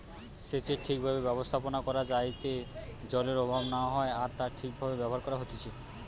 সেচের ঠিক ভাবে ব্যবস্থাপনা করা যাইতে জলের অভাব না হয় আর তা ঠিক ভাবে ব্যবহার করা হতিছে